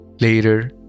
Later